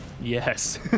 Yes